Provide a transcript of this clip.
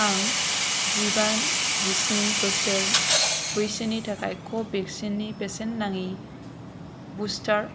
आं जिबा जिस्नि बोसोर बैसोनि थाखाय क'भेक्सिननि बेसेन नाङि बुस्टार